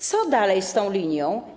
Co dalej z tą linią?